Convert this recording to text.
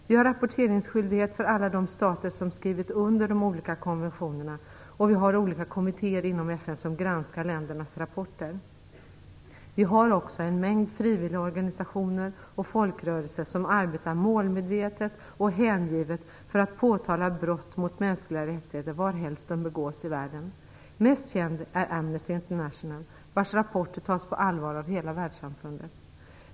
Vi har rapporteringsskyldighet för alla de stater som skrivit under de olika konventionerna, och vi har olika kommittéer inom FN som granskar ländernas rapporter. Vi har också en mängd frivilliga organisationer och folkrörelser som arbetar målmedvetet och hängivet för att påtala brott mot mänskliga rättigheter varhelst de begås i världen. Mest känd är Amnesty International, vars rapporter tas på allvar av hela världssamfundet.